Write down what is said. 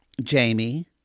Jamie